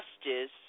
justice